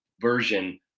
version